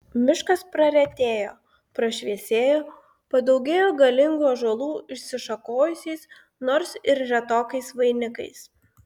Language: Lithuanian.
miškas praretėjo prašviesėjo padaugėjo galingų ąžuolų išsišakojusiais nors ir retokais vainikais